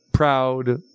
Proud